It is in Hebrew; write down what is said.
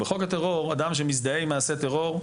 בחוק הטרור אדם שמזדהה עם מעשה טרור,